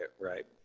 right